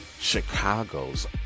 Chicago's